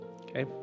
Okay